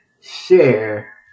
Share